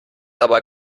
aber